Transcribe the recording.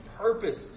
Purpose